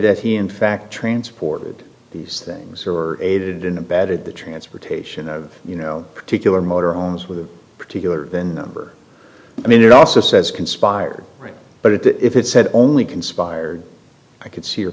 that he in fact transported these things or aided and abetted the transportation of you know particular motor on was with a particular than ever i mean it also says conspired right but if it said only conspired i could see your